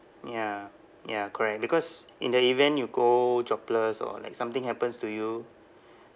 ya ya correct because in the event you go jobless or like something happens to you